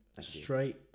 straight